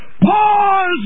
Pause